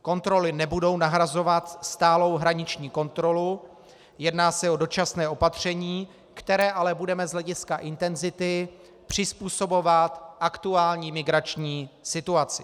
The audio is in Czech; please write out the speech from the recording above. Kontroly nebudou nahrazovat stálou hraniční kontrolu, jedná se o dočasné opatření, které ale budeme z hlediska intenzity přizpůsobovat aktuální migrační situaci.